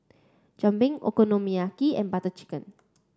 Jalebi Okonomiyaki and Butter Chicken